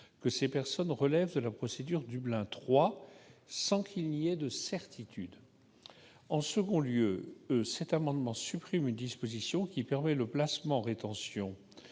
...